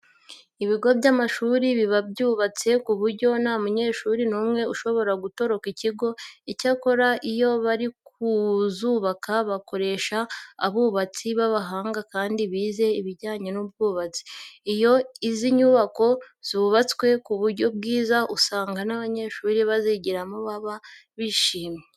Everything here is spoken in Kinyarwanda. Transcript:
Ibigo by'amashuri biba byubatse ku buryo nta munyeshuri n'umwe ushobora gutoroka ikigo. Icyakora iyo bari kuzubaka bakoresha abubatsi b'abahanga kandi bize ibijyanye n'ubwubatsi. Iyo izi nyubako zubatswe ku buryo bwiza, usanga n'abanyeshuri bazigiramo baba babyishimiye.